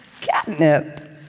catnip